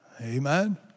Amen